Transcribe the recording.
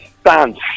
stand